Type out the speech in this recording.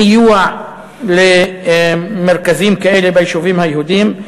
סיוע, למרכזים כאלה ביישובים הערביים,